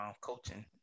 coaching